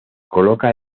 coloca